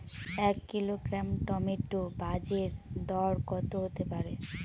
এক kilogram tomato বাজের দরকত হতে পারে?